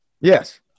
Yes